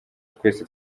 twese